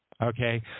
Okay